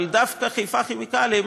אבל דווקא חיפה כימיקלים,